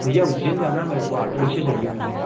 भैया उज्जैन जाना है मेरे को आटोरिक्शा चाहिए मुझे